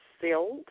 sealed